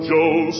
Joe